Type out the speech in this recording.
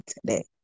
today